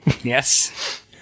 Yes